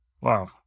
Wow